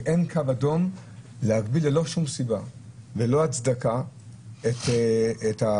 ואין קו אדום להגביל ללא שום סיבה וללא הצדקה את התפילות